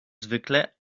zwykle